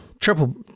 Triple